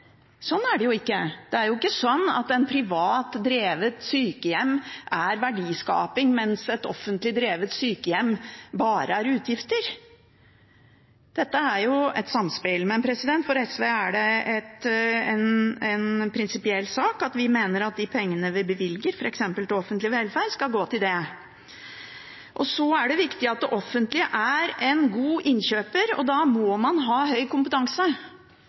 Sånn er det ikke. Det er ikke sånn at et privat drevet sykehjem er verdiskaping, mens et offentlig drevet sykehjem bare er utgifter. Dette er jo et samspill. Men for SV er det en prinsipiell sak at vi mener at de pengene vi bevilger f.eks. til offentlig velferd, skal gå til det. Så er det viktig at det offentlige er en god innkjøper, og da må man ha høy kompetanse.